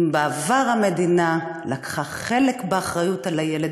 אם בעבר המדינה לקחה חלק באחריות על הילד